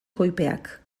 koipeak